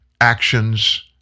actions